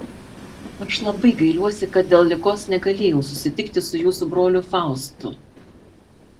aš labai gailiuosi kad dėl ligos negalėjau susitikti su jūsų broliu faustu